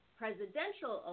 presidential